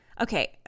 okay